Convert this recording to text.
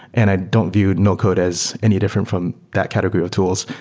and i don't view no-code as any different from that category of tools.